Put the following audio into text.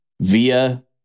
via